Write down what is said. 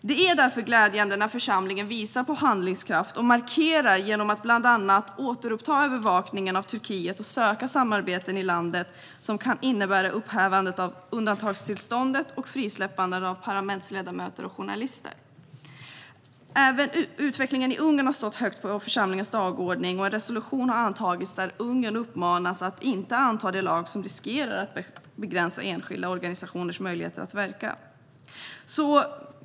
Det är därför glädjande när församlingen visar på handlingskraft och markerar genom att bland annat återuppta övervakningen av Turkiet och söka samarbeten i landet som kan innebära upphävandet av undantagstillståndet och ett frisläppande av parlamentsledamöter och journalister. Även utvecklingen i Ungern står högt på församlingens dagordning, och en resolution har antagits där Ungern uppmanas att inte anta den lag som riskerar att begränsa enskilda organisationers möjlighet att verka.